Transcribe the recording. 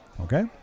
Okay